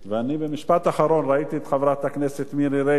במשפט אחרון, ראיתי את חברת הכנסת מירי רגב.